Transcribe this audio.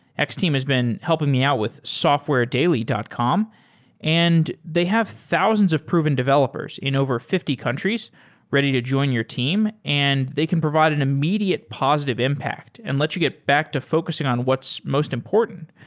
x-team has been helping me out with softwaredaily dot com and they have thousands of proven developers in over fifty countries ready to join your team and they can provide an immediate positive impact and lets you get back to focusing on what's most important,